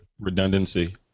Redundancy